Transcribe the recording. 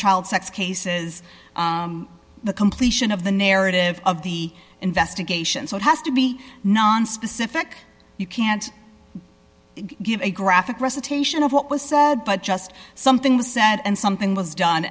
child sex cases the completion of the narrative of the investigation so it has to be nonspecific you can't give a graphic recitation of what was said but just something was said and something was done